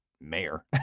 mayor